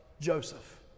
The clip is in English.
Joseph